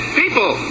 people